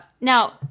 now